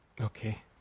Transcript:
Okay